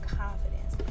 confidence